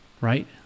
right